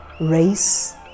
race